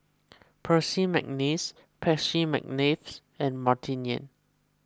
Percy McNeice Percy McNeice and Martin Yan